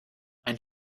ein